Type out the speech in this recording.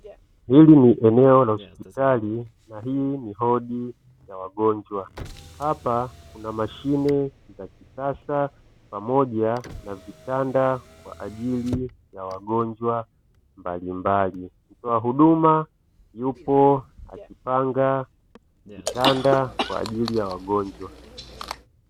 Hili ni eneo la hospitali na hii ni wodi ya wagonjwa, hapa kuna mashine za kisasa pamoja na vitanda kwa ajili ya wagonjwa mbalimbali, mtoa huduma yupo akipanga vitanda kwa ajili ya wagonjwa.